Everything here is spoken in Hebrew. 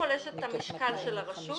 את המשקל של הרשות,